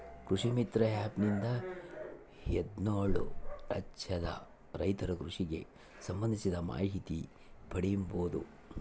ಕೃಷಿ ಮಿತ್ರ ಆ್ಯಪ್ ನಿಂದ ಹದ್ನೇಳು ರಾಜ್ಯದ ರೈತರು ಕೃಷಿಗೆ ಸಂಭಂದಿಸಿದ ಮಾಹಿತಿ ಪಡೀಬೋದು